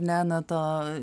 ne na to